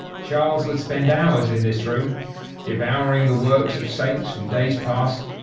charles would spend hours in this room devouring the works of saints from days past.